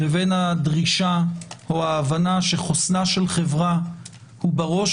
לבין הדרישה או ההבנה שחוסנה של חברה בראש